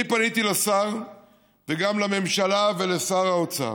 אני פניתי לשר וגם לממשלה ולשר האוצר,